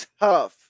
tough